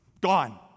gone